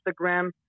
instagram